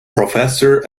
professor